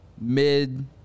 mid